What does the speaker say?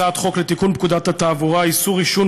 הצעת חוק לתיקון פקודת התעבורה (איסור עישון